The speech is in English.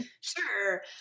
sure